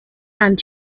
and